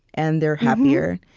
and they're happier.